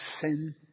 sin